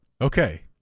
Okay